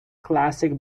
classic